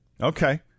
Okay